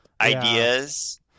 ideas